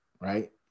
right